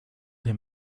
him